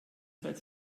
seit